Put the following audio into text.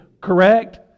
correct